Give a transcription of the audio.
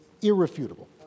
irrefutable